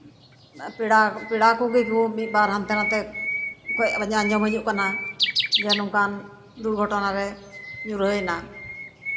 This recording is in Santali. ᱯᱮᱲᱟ ᱯᱮᱲᱟ ᱠᱚᱜᱮ ᱠᱚ ᱢᱤᱫᱵᱟᱨ ᱦᱟᱱᱛᱮ ᱱᱟᱛᱮ ᱜᱚᱡ ᱠᱷᱚᱵᱚᱨ ᱟᱸᱡᱚᱢ ᱦᱤᱡᱩᱜ ᱠᱟᱱᱟ ᱡᱮ ᱱᱚᱝᱠᱟᱱ ᱫᱩᱨᱜᱷᱚᱴᱚᱱᱟᱨᱮ ᱧᱩᱨᱦᱟᱹᱭᱱᱟ